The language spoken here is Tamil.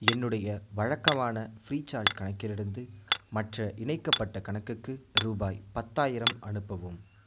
என்னுடைய வழக்கமான ஃப்ரீசார்ஜ் கணக்கிலிருந்து மற்ற இணைக்கப்பட்ட கணக்குக்கு ரூபாய் பத்தாயிரம் அனுப்பவும்